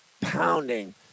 pounding